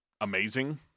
amazing